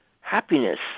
happiness